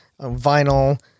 vinyl